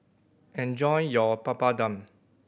enjoy your Papadum